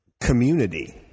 Community